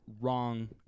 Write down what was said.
wrong